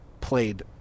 played